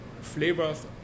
flavors